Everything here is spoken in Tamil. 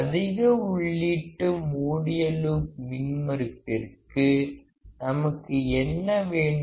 அதிக உள்ளீட்டு மூடிய லூப் மின்மறுப்பிற்கு நமக்கு என்ன வேண்டும்